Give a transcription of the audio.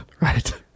right